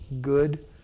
good